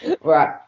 right